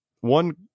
one